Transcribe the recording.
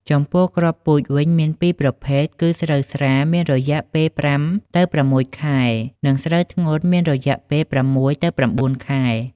ចំពោះ គ្រាប់ពូជវិញមានពីរប្រភេទ គឺស្រូវស្រាលមានរយៈពេល៥ ទៅ ៦ ខែ និងស្រូវធ្ងន់មានរយៈពេល៦ ទៅ ៩ ខែ។